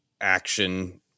action